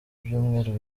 ibyumweru